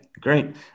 great